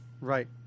Right